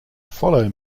follow